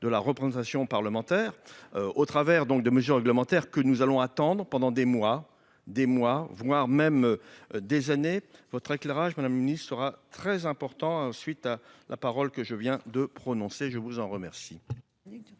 de la représentation parlementaire au travers donc de mesures réglementaires, que nous allons attendre pendant des mois, des mois, voire même des années votre éclairage Madame Ministre sera très important. Ensuite la parole que je viens de prononcer. Je vous en remercie.